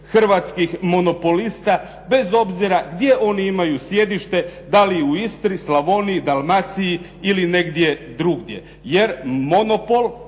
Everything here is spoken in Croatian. hrvatskih monopolista bez obzira gdje oni imaju sjedište da li u Istri, Slavoniji, Dalmaciji ili negdje drugdje. Jer monopol